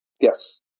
Yes